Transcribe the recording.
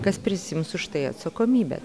kas prisiims už tai atsakomybę